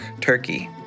Turkey